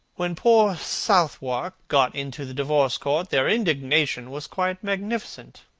when poor southwark got into the divorce court, their indignation was quite magnificent.